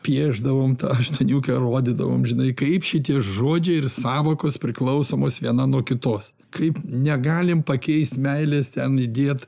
piešdavom tą aštuoniukę rodydavom žinai kaip šitie žodžiai ir sąvokos priklausomos viena nuo kitos kaip negalim pakeist meilės ten įdėt